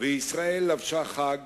וישראל לבשה חג